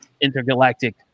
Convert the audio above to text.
intergalactic